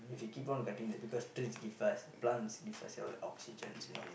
if he keep on cutting the because trees give us plants gives us oxygen you know